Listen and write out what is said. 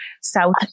South